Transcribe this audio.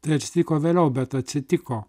tai atsitiko vėliau bet atsitiko